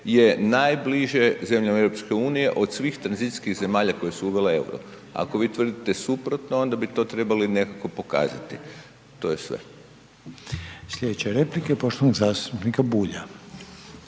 je najbliže zemlje EU od svih tranzicijskih zemalja koje su uvele euro. Ako vi tvrdite suprotno onda bi to trebali nekako pokazati. To je sve. **Reiner, Željko (HDZ)** Sljedeća je replika poštovanog zastupnika Bulja.